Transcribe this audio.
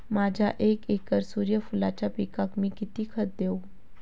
माझ्या एक एकर सूर्यफुलाच्या पिकाक मी किती खत देवू?